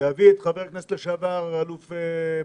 ולהביא אליו את חבר הכנסת לשעבר אלוף במיל'